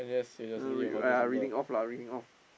ah read ah reading off lah reading off